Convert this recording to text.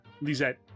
Lizette